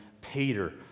Peter